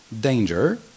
danger